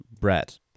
Brett